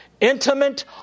intimate